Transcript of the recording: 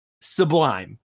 sublime